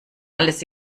alles